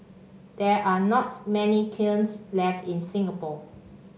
there are not many kilns left in Singapore